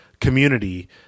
community